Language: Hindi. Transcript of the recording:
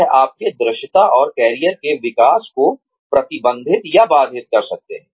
यह आपके दृश्यता और कैरियर के विकास को प्रतिबंधित या बाधित कर सकता है